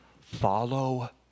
follow